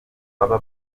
baba